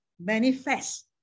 manifest